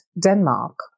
Denmark